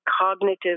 cognitive